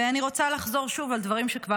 ואני רוצה לחזור שוב על דברים שכבר